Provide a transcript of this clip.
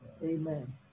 Amen